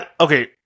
Okay